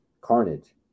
Carnage